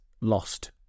Lost